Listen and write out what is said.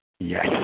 Yes